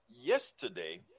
yesterday